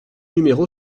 numéro